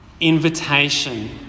invitation